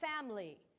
family